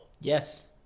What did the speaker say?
Yes